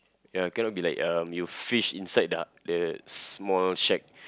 ya cannot be like um you fish inside the the small shack